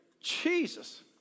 Jesus